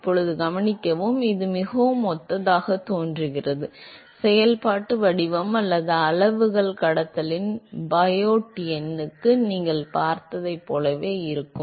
இப்போது கவனிக்கவும் இது மிகவும் ஒத்ததாகத் தோன்றுகிறது செயல்பாட்டு வடிவம் அல்லது அளவுகள் கடத்தலில் பயோட் எண்ணுக்கு நீங்கள் பார்த்ததைப் போலவே இருக்கும்